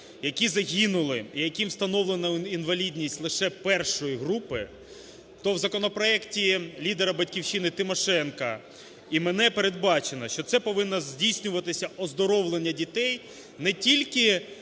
які загинули, яким встановлена інвалідність лише І групи, то в законопроекті лідера "Батьківщина" Тимошенко і мене передбачено, що це повинно здійснюватись оздоровлення дітей не тільки,